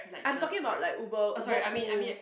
I'm talking about like Uber Uber pool